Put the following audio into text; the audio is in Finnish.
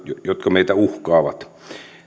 jotka meitä uhkaavat